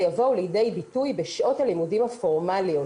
יבואו לידי ביטוי בשעות הלימודים הפורמליות.